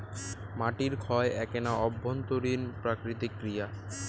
মাটির ক্ষয় এ্যাকনা অভ্যন্তরীণ প্রাকৃতিক ক্রিয়া